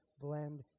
blend